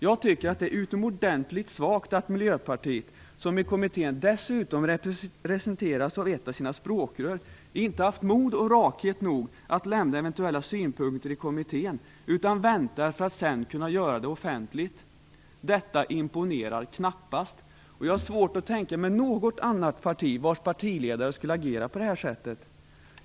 Jag tycker att det är utomordentligt svagt av Miljöpartiet, som i EU 96-kommittén dessutom representeras av ett av sina språkrör, inte har haft mod och rakhet nog att lämna eventuella synpunkter i kommittén, utan väntar för att sedan kunna göra det offentligt. Detta imponerar knappast, och jag har svårt att tänka mig något annat parti vars partiledare skulle agera på det här sättet.